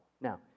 Now